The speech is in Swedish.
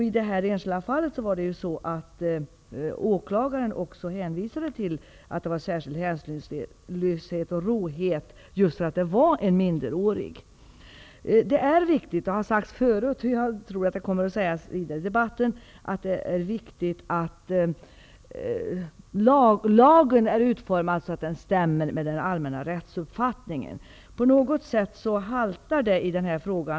I det enskilda fallet, som är bakgrunden till frågorna, hänvisade åklagaren också till att det var särskild hänsynslöshet och råhet just därför att det gällde en minderårig. Det är viktigt att lagen är utformad så att den stämmer med den allmänna rättsuppfattningen. På något sätt haltar det i detta fall.